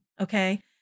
okay